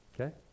Okay